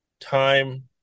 time